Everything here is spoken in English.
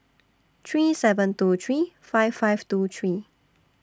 three seven two three five five two three